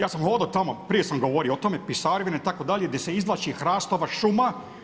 Ja sam hodao tamo, prije sam govorio o tome, Pisarovina itd. gdje se izvlači hrastova šuma.